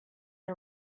our